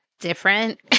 Different